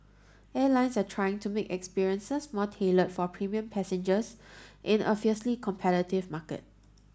airlines are trying to make experiences more tailored for premium passengers in a fiercely competitive market